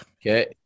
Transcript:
Okay